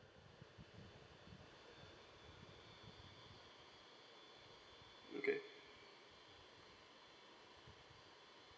okay